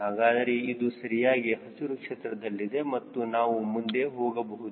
ಹಾಗಾದರೆ ಅದು ಸರಿಯಾಗಿ ಹಸಿರು ಕ್ಷೇತ್ರದಲ್ಲಿದೆ ಮತ್ತು ನಾವು ಮುಂದೆ ಹೋಗಬಹುದು